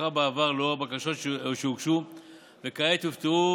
שוחררו בעבר לאור בקשות שהוגשו וכעת יופתעו